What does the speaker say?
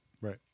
right